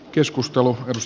keskustelu jos